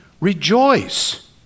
Rejoice